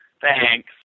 Thanks